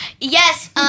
Yes